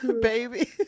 baby